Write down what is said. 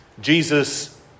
Jesus